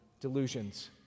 delusions